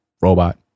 robot